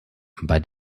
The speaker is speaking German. bei